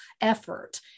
effort